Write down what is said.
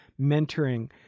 mentoring